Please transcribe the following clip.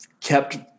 kept